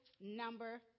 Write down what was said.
number